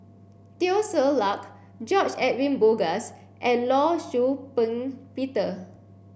Teo Ser Luck George Edwin Bogaars and Law Shau Ping Peter